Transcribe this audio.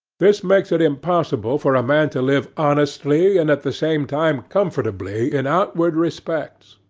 this makes it impossible for a man to live honestly, and at the same time comfortably, in outward respects.